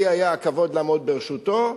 שלי היה הכבוד לעמוד בראשותו,